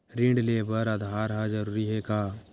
ऋण ले बर आधार ह जरूरी हे का?